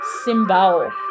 simbao